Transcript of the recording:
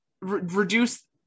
reduce